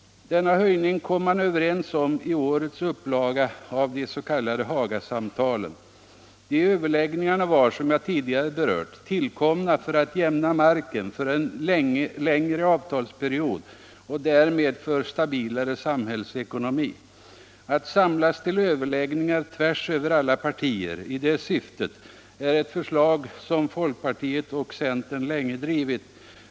Denna höjning kom man överens om i årets upplaga av de s.k. Hagasamtalen. De överläggningarna var, som jag tidigare berört, tillkomna för att jämna marken för en längre avtalsperiod och därmed för stabilare samhällsekonomi. Att samlas till överläggningar tvärs över alla partier i det syftet är ett förslag som folkpartiet och centern länge drivit.